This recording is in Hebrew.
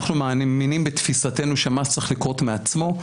אנחנו מאמינים בתפיסתנו, שמס צריך לקרות מעצמו.